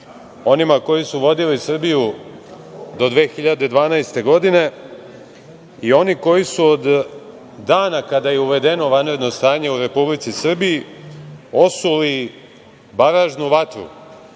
onima koji su vodili Srbiju do 2012. godine i oni koji su od dana kada je uvedeno vanredno stanje u Republici Srbiji osuli baražnu vatru,